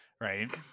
right